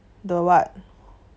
the what